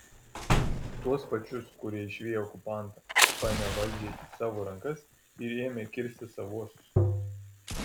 tuos pačius kurie išviję okupantą paėmė valdžią į savo rankas ir ėmė kirsti savuosius